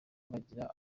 bagira